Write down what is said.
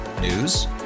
News